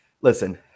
Listen